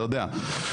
אתה יודע.